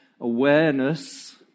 awareness